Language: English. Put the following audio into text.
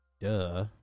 Duh